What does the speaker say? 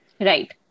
right